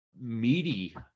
meaty